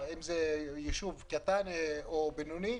אם זה יישוב קטן או בינוני,